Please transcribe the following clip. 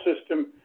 system